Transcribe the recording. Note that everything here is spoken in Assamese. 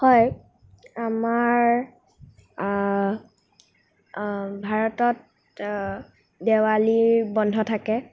হয় আমাৰ ভাৰতত দেৱালীৰ বন্ধ থাকে